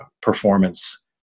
performance